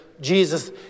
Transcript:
Jesus